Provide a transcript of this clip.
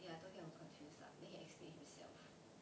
ya told him I'm confused lah then he explain himself